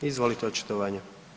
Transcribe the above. Izvolite očitovanje.